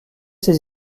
ses